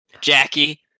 Jackie